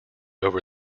over